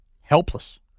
Helpless